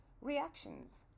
reactions